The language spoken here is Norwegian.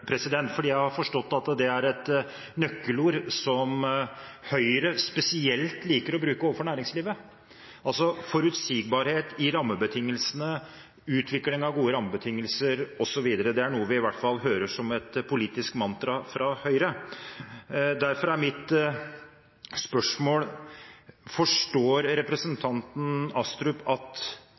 i rammebetingelsene, utvikling av gode rammebetingelser, osv. Det er noe vi i hvert fall hører som et politisk mantra fra Høyre. Derfor er mitt spørsmål: Forstår representanten Astrup at